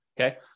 Okay